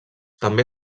també